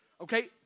Okay